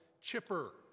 chipper